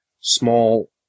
small